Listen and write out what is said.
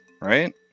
right